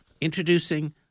introducing